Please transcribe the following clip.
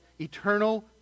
eternal